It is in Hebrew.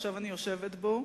שעכשיו אני יושבת בו,